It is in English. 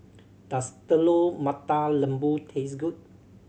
does Telur Mata Lembu taste good